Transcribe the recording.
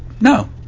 no